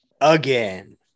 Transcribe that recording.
again